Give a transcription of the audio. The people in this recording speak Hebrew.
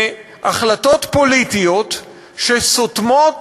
והחלטות פוליטיות שסותמות